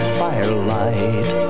firelight